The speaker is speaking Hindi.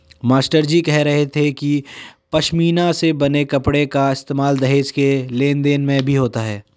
मास्टरजी कह रहे थे कि पशमीना से बने कपड़ों का इस्तेमाल दहेज के लेन देन में भी होता था